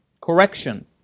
correction